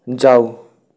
जाऊ